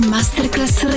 Masterclass